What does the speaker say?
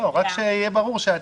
רק שיהיה ברור.